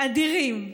אדירים,